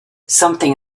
something